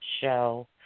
Show